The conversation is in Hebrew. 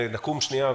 לצערי,